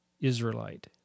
Israelite